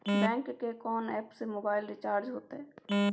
Bank के कोन app से मोबाइल रिचार्ज हेते?